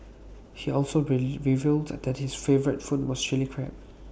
he also revealed that his favourite food was Chilli Crab